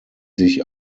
sich